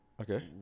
Okay